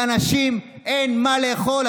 לאנשים אין מה לאכול.